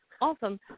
Awesome